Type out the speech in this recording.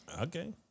Okay